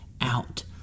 out